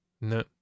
No